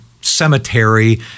cemetery